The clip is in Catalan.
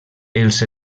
els